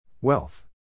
Wealth